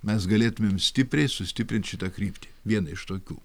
mes galėtumėm stipriai sustiprint šitą kryptį vieną iš tokių